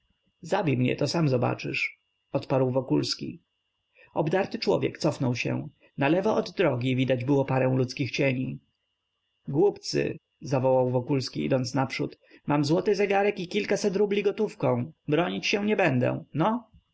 zabij mnie to sam zobaczysz odparł wokulski obdarty człowiek cofnął się nalewo od drogi widać było parę ludzkich cieni głupcy zawołał wokulski idąc naprzód mam złoty zegarek i kilkaset rubli gotówką bronić się nie będę no